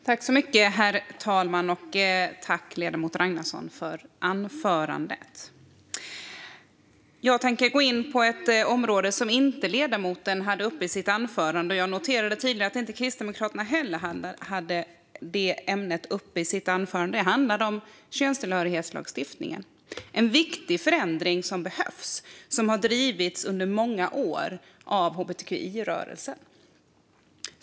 Herr talman! Jag tackar ledamoten Ragnarsson för anförandet. Jag tänker gå in på ett område som ledamoten inte tog upp i sitt anförande. Jag noterade att inte heller Kristdemokraterna tog upp ämnet i sitt anförande tidigare. Det handlar om könstillhörighetslagstiftningen. Det är en viktig förändring som behövs och en fråga som har drivits under många år av hbtqi-rörelsen.